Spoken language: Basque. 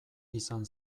izan